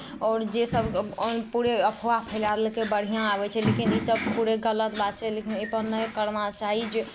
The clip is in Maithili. आओर जे सभ ऑन पूरे अफवाह फैला देलकै बढ़िआँ आबै छै लेकिन इसभ पूरे गलत बात छै लेकिन एहिपर नहि करना चाही जे